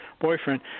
boyfriend